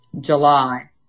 July